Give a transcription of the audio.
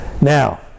now